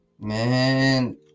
man